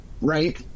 right